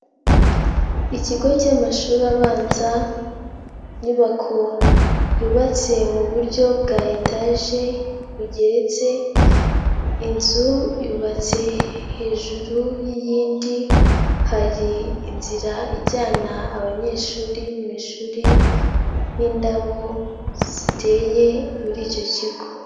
Ikigo cy'amashuri abanza, inyubako yubatse mu buryo bwa etaje bugeretse, inzu yubatse hejuru y'iyindi, hari inzira ijyana abanyeshuri mu ishuri n'indabo ziteye muri icyo kigo.